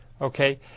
Okay